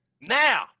Now